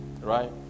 right